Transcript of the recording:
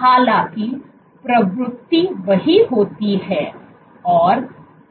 हालाँकि प्रवृत्ति वही होती है और